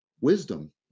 wisdom